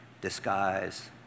disguise